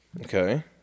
Okay